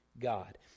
God